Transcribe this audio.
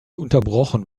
unterbrochen